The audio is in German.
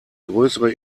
größere